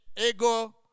ego